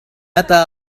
متى